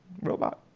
robot